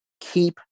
keep